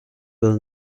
will